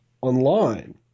online